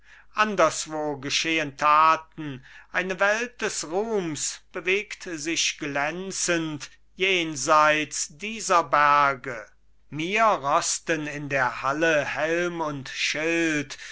anderswo geschehen taten eine welt des ruhms bewegt sich glänzend jenseits dieser berge mir rosten in der halle helm und schild